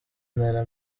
ntera